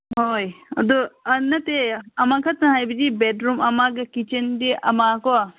ꯍꯣꯏ ꯑꯗꯨ ꯅꯠꯇꯦ ꯑꯃꯈꯛꯇ ꯍꯥꯏꯕꯗꯤ ꯕꯦꯗꯔꯨꯝ ꯑꯃꯒ ꯀꯤꯠꯆꯟꯗꯤ ꯑꯃ ꯀꯣ